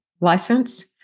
license